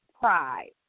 pride